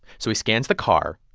so he scans the car,